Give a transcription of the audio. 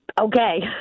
okay